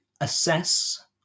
assess